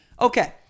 Okay